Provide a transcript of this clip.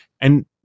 And-